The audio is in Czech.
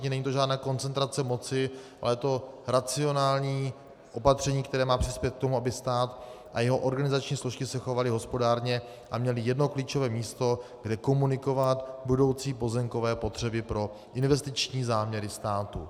Není to žádná koncentrace moci, ale je to racionální opatření, které má přispět k tomu, aby stát a jeho organizační složky se chovaly hospodárně a měly jedno klíčové místo, kde komunikovat budoucí pozemkové potřeby pro investiční záměry státu.